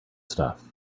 stuff